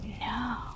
No